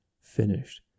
finished